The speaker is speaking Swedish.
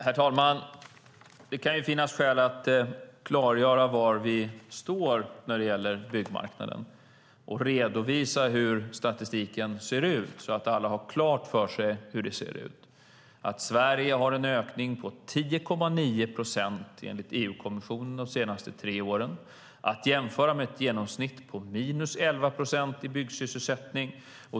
Herr talman! Det kan finnas skäl att klargöra var vi står när det gäller byggmarknaden och redovisa hur statistiken ser ut så att alla får klart för sig att Sverige har en ökning på 10,9 procent de senaste tre åren enligt EU-kommissionen. Det ska jämföras med ett genomsnitt på 11 procent i byggsysselsättning.